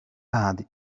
pad